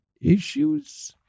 issues